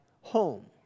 home